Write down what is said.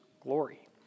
glory